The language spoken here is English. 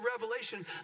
revelation